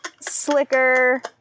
slicker